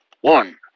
One